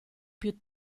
più